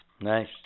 Nice